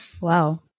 Wow